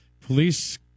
Police